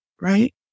right